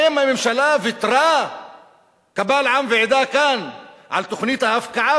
האם הממשלה ויתרה קבל עם ועדה כאן על תוכנית ההפקעה